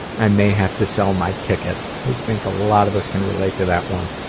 i may have to sell my ticket. i think a lot of us can relate to that one.